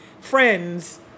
friends